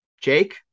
Jake